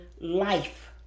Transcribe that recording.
life